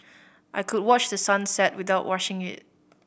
I could watch the sun set without rushing it